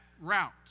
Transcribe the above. route